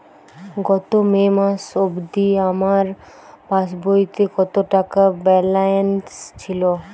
গত মে মাস অবধি আমার পাসবইতে কত টাকা ব্যালেন্স ছিল?